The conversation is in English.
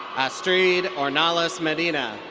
astrid ornelas medina.